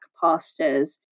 pastors